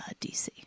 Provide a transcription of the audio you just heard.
DC